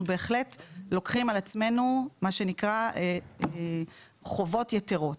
אנחנו בהחלט לוקחים על עצמנו מה שנקרא חובות יתרות.